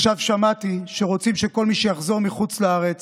עכשיו שמעתי שרוצים שלכל מי שיחזור מחוץ לארץ